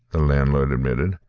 the landlord admitted.